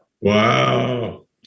Wow